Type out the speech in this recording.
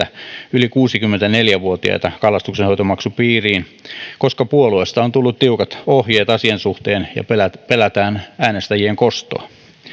yli kuusikymmentäneljä vuotiaita kalastuksenhoitomaksun piiriin koska puolueista on tullut tiukat ohjeet asian suhteen ja pelätään pelätään äänestäjien kostoa